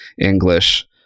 english